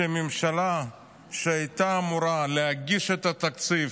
שממשלה שהייתה אמורה להגיש את התקציב